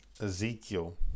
ezekiel